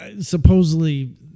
Supposedly